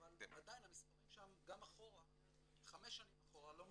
אבל עדיין המספרים שם גם חמש שנים אחורה לא מעודכנים.